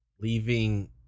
leaving